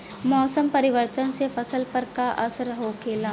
मौसम परिवर्तन से फसल पर का असर होखेला?